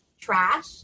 trash